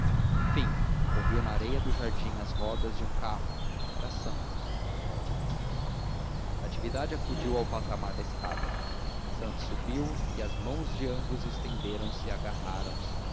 enfim ouviu na areia do jardim as rodas de um carro era santos natividade acudiu ao patamar da escada santos subiu e as mãos de ambos estenderam-se e agarraram se